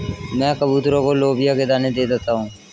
मैं कबूतरों को लोबिया के दाने दे देता हूं